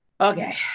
Okay